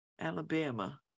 Alabama